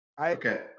Okay